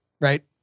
right